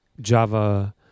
Java